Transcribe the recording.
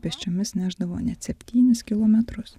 pėsčiomis nešdavo net septynis kilometrus